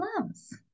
loves